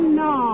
no